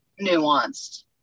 nuanced